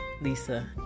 Lisa